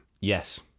Yes